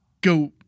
go